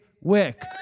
Wick